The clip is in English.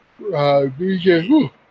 BJ